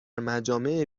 مجامع